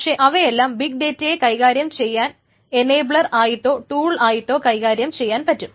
പക്ഷേ അവയെല്ലാം ബിഗ് ഡേറ്റയെ കൈകാര്യം ചെയ്യാൻ എന്നേബ്ലർ ആയിട്ടോ ടൂൾ ആയിട്ടോ കൈകാര്യം ചെയ്യാൻ പറ്റും